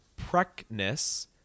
Preckness